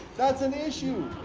that's an issue.